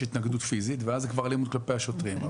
התנגדות פיזית ואז זאת כבר אלימות כלפי השוטרים.